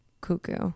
cuckoo